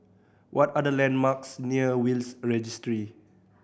what are the landmarks near Will's Registry